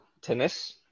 tennis